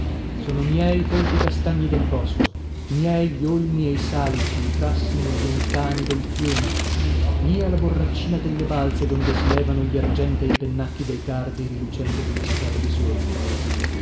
sono miei i folti castagni del bosco miei gli olmi e i salici i fràssini e gli ontàni del fiumo mia la borraccina delle balze donde si levano gli argentei pennacchi dei cardi rilucenti ad una spera di sole